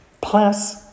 Plus